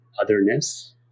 otherness